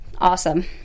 awesome